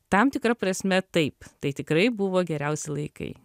tam tikra prasme taip tai tikrai buvo geriausi laikai